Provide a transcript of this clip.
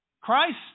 Christ